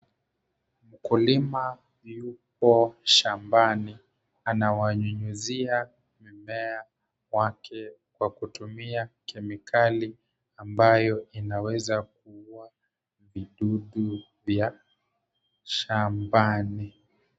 Mkulima yupo shambani. Anawanyunyuzia mimea wake kwa kutumia kemikali ambayo inaweza kuua vidudu vya shambani.